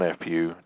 nephew